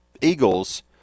Eagles